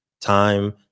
time